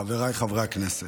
חבריי חברי הכנסת,